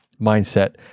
mindset